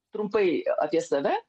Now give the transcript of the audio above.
trumpai apie save